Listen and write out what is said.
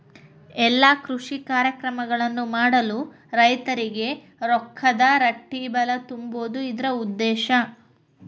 ಎಲ್ಲಾ ಕೃಷಿ ಕಾರ್ಯಕ್ರಮಗಳನ್ನು ಮಾಡಲು ರೈತರಿಗೆ ರೊಕ್ಕದ ರಟ್ಟಿಬಲಾ ತುಂಬುದು ಇದ್ರ ಉದ್ದೇಶ